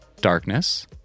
Darkness